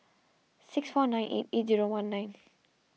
six four nine eight eight zero one nine